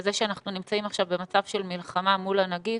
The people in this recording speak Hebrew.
בזה שאנחנו נמצאים עכשיו במצב של מלחמה מול הנגיף,